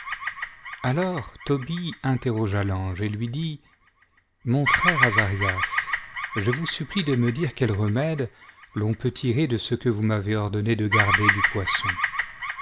alors tobie interroga l'ange et lui dit mon frère azarias je vous supplie de me dire quel remède l'on peut tirer de ce que vous m'avez ordonné de garder du poisson